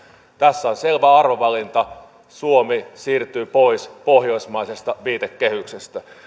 tässä on selvä arvovalinta suomi siirtyy pois pohjoismaisesta viitekehyksestä